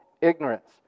ignorance